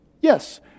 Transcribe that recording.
Yes